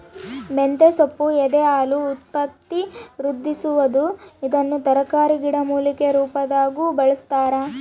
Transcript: ಮಂತೆಸೊಪ್ಪು ಎದೆಹಾಲು ಉತ್ಪತ್ತಿವೃದ್ಧಿಸುವದು ಇದನ್ನು ತರಕಾರಿ ಗಿಡಮೂಲಿಕೆ ರುಪಾದಾಗೂ ಬಳಸ್ತಾರ